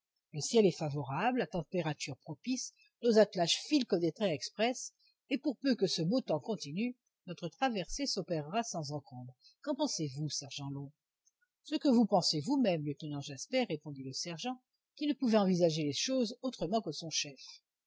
le ciel est favorable la température propice nos attelages filent comme des trains express et pour peu que ce beau temps continue notre traversée s'opérera sans encombre qu'en pensezvous sergent long ce que vous pensez vous-même lieutenant jasper répondit le sergent qui ne pouvait envisager les choses autrement que son chef